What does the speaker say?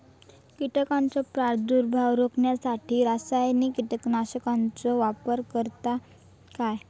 कीटकांचो प्रादुर्भाव रोखण्यासाठी रासायनिक कीटकनाशकाचो वापर करतत काय?